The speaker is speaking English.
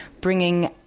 bringing